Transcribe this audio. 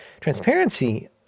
transparency